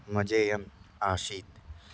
मजेयम् आसीत्